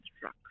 truck